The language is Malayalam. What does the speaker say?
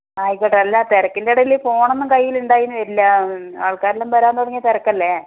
ആയിക്കോട്ടെ അല്ല തിരക്കിൻ്റെ ഇടയിൽ ഫോണൊന്നും കയ്യിൽ ഉണ്ടായി എന്ന് വരില്ല ആൾക്കാരെല്ലം വരാൻ തുടങ്ങിയാൽ തിരക്കല്ലേ